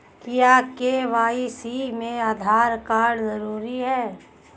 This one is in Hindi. क्या के.वाई.सी में आधार कार्ड जरूरी है?